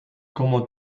como